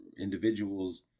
individuals